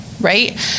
right